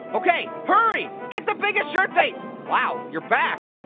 okay, hurry! get the biggest shirt they wow, you're back.